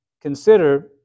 consider